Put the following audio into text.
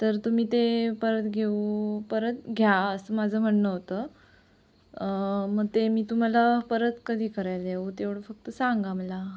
तर तुम्ही ते परत घेऊ परत घ्या असं माझं म्हणणं होतं मग ते मी तुम्हाला परत कधी करायला येऊ तेवढं फक्त सांगा मला